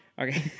Okay